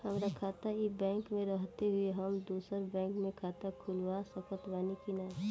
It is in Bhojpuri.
हमार खाता ई बैंक मे रहते हुये हम दोसर बैंक मे खाता खुलवा सकत बानी की ना?